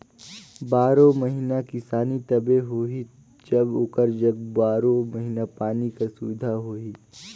बारो महिना किसानी तबे होही जब ओकर जग बारो महिना पानी कर सुबिधा होही